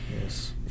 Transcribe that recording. yes